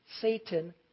Satan